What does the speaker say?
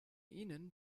ihnen